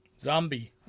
Zombie